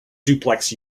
duplex